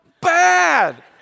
bad